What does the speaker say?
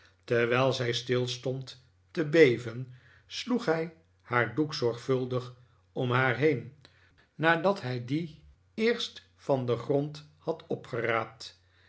terwijl zij stil stond te beven sloeg hij haar doek zorgvuldig om haar heen nadat hij dien eerst van den grond had opgeraapt